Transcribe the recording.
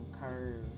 curves